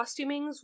costumings